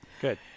Good